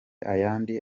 ayandi